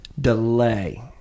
delay